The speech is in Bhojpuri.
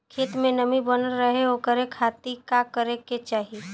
खेत में नमी बनल रहे ओकरे खाती का करे के चाही?